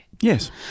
Yes